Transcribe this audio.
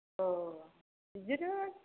औ बेदिनो